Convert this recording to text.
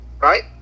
right